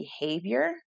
behavior